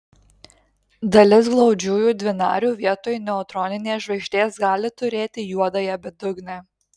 dalis glaudžiųjų dvinarių vietoj neutroninės žvaigždės gali turėti juodąją bedugnę